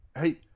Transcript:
Hey